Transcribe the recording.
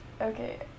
Okay